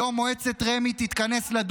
היום תתכנס מועצת רמ"י לדון,